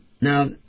Now